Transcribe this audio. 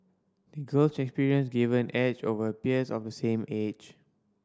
the girl's experience gave her an edge over peers of the same age